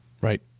Right